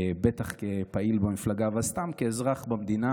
בטח כפעיל במפלגה וסתם כאזרח במדינה,